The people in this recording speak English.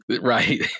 Right